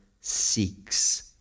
seeks